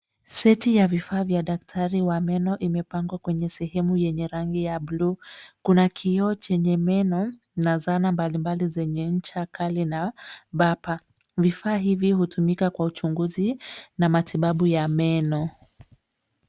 Seti ya vifaa vya daktari wa meno imepangwa kwenye sehemu yenye rangi ya bluu. Kuna kioo chenye meno na zana mbalimbali zenye ncha kali na bapa. Vifaa hivi hutumika kwa uchunguzi na matibabu ya meno.